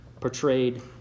portrayed